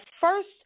first